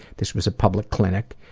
this was a public clinic,